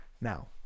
Now